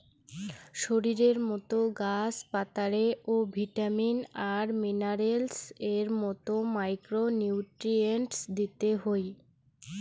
শরীরের মতো গাছ পাতারে ও ভিটামিন আর মিনারেলস এর মতো মাইক্রো নিউট্রিয়েন্টস দিতে হই